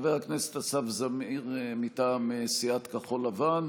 חבר הכנסת אסף זמיר, מטעם סיעת כחול לבן,